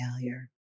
failure